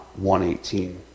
118